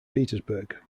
petersburg